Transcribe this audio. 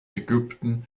ägypten